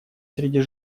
среди